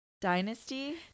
Dynasty